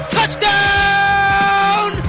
Touchdown